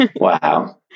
Wow